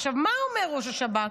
מה אומר ראש השב"כ?